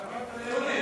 כן.